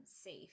safe